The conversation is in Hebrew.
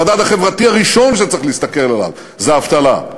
המדד החברתי הראשון שצריך להסתכל עליו זה האבטלה.